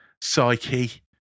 psyche